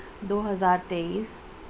دو ہزار تئیس